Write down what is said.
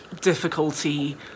difficulty